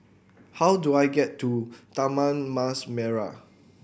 how do I get to Taman Mas Merah